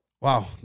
wow